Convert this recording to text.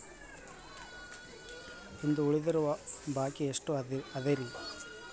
ಇಂದು ಉಳಿದಿರುವ ಬಾಕಿ ಎಷ್ಟು ಅದರಿ?